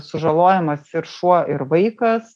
sužalojamas ir šuo ir vaikas